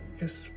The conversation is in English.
Yes